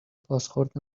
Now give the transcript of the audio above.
بازخورد